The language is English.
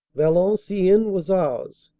valenciennes was ours,